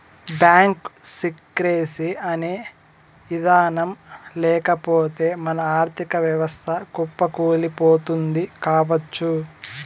bank secrecy అనే ఇదానం లేకపోతె మన ఆర్ధిక వ్యవస్థ కుప్పకూలిపోతుంది కావచ్చు